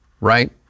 right